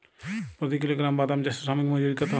প্রতি কিলোগ্রাম বাদাম চাষে শ্রমিক মজুরি কত?